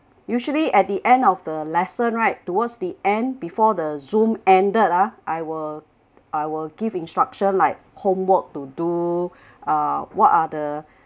usually at the end of the lesson right towards the end before the zoom ended ah I will I will give instructions like homework to do uh what are the